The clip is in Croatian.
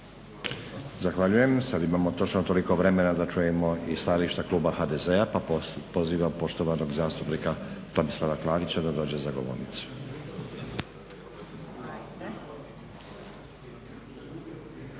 Zahvaljujem. Sad imamo točno toliko vremena da čujemo i stajališta Kluba HDZ-a pa pozivam poštovanog zastupnika Tomislava Klarića da dođe za govornicu.